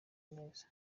neza